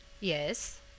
Yes